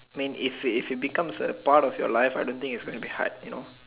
when if it becomes a part of your life I don't think it's gonna be hard you know